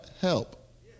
help